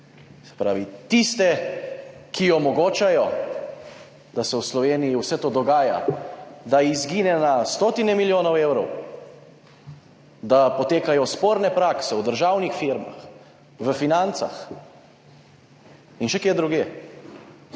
Se pravi, tiste, ki omogočajo, da se v Sloveniji vse to dogaja, da izgine na stotine milijonov evrov, da potekajo sporne prakse v državnih firmah, v financah in še kje drugje,